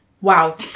Wow